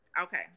Okay